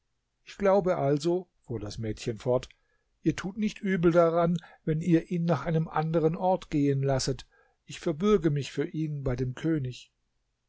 ich glaube also fuhr das mädchen fort ihr tut nicht übel daran wenn ihr ihn nach einem anderen ort gehen lasset ich verbürge mich für ihn bei dem könig